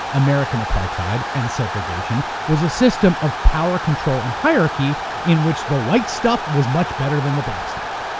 american apartheid and segregation was a system of power, control, and hierarchy in which the white stuff was much better than the black stuff.